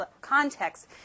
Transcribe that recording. context